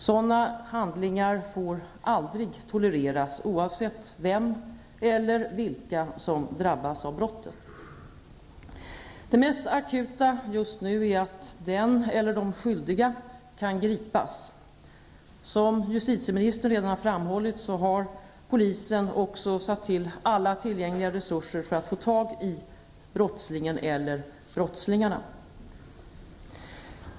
Sådana handlingar får aldrig tolereras, oavsett vem eller vilka som drabbas av brottet. Det mest akuta just nu är att den eller de skyldiga kan gripas. Som justitieministern redan framhållit, har polisen också satt till alla tillgängliga resurser för att få tag i brottslingen eller brottslingarna.